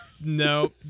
No